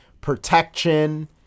protection